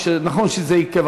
נכון שזה עיכב,